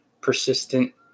persistent